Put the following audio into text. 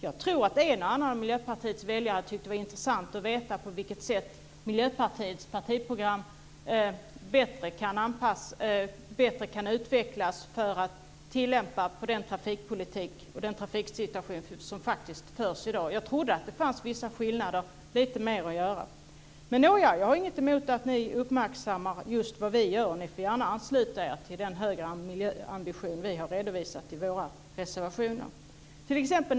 Jag tror att en och annan av Miljöpartiets väljare hade tyckt att det var intressant att veta på vilket sätt Miljöpartiets partiprogram bättre kan utvecklas för att kunna tillämpas på den trafikpolitik som förs och den trafiksituation som finns i dag. Jag trodde att det fanns vissa skillnader och lite mer att göra. Men jag har inget emot att ni uppmärksammar vad vi gör. Ni får gärna ansluta er till den höga miljöambition som vi har redovisat i våra reservationer.